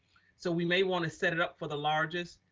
so we may wanna set it up for the largest